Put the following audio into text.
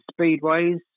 Speedways